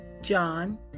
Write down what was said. John